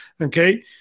okay